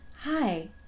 Hi